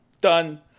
Done